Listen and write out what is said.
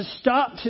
stop